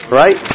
right